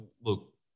look